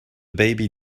baby